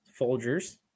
Folgers